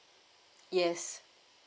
yes